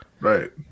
right